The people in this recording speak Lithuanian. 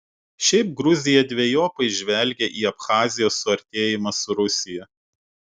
šiaip gruzija dvejopai žvelgia į abchazijos suartėjimą su rusija